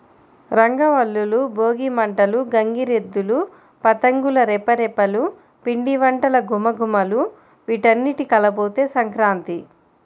రంగవల్లులు, భోగి మంటలు, గంగిరెద్దులు, పతంగుల రెపరెపలు, పిండివంటల ఘుమఘుమలు వీటన్నింటి కలబోతే సంక్రాంతి